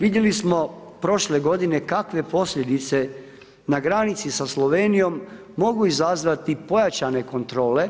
Vidjeli smo prošle godine kakve posljedice na granici sa Slovenijom mogu izazvati pojačane kontrole